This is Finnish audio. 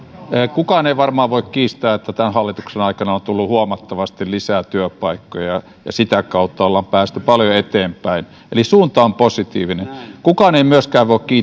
kukaan ei varmaan voi kiistää että tämän hallituksen aikana on tullut huomattavasti lisää työpaikkoja ja sitä kautta ollaan päästy paljon eteenpäin eli suunta on positiivinen kukaan ei myöskään voi